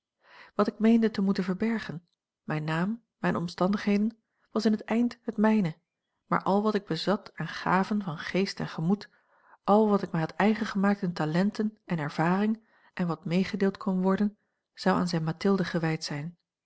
wat ik meende te moeten verbergen mijn naam mijne omstandigheden was in het eind het mijne maar al wat ik bezat aan gaven van geest en gemoed al wat ik mij had eigen gemaakt in talenten en ervaring en wat meegedeeld kon worden zou aan zijne mathilde gewijd zijn